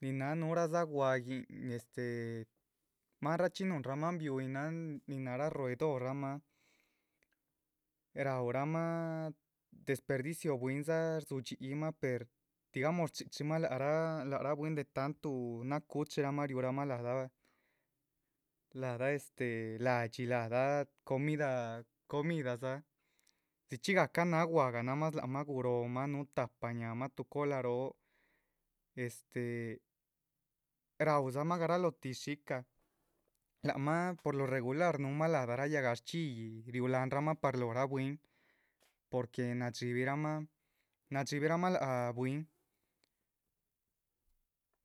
Nin náha núhuradza gwahguin, este maanrachxí núhunra maan bihuyin, nin náhara roedora rahmah, raúramah shdespercidio bwínraa, ruidxiyimah per digamos. shchichímah lac, lac rah bwín de tantu náh cuchiraamah riuramah la´dah, la´dah este la´dxi la´dah este comida comidadza, dzichxí gahca náha gwahga. nomas lac mah guróhomah núhu tahpa ñáhaamah tuh cola róho este ráudzamah garalóho tih shícah, lac mah por lo regular núhumah la´dah rah yahgaxchihyi. riú láhanramah par loc rah bwín, porque nadxíbirahmah, nadxíbirahmah láhac bwín,